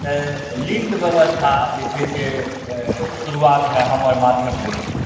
link बेबस्था जे छै से शुरुआतमे हमर माध्यम बनि जाइए